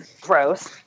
gross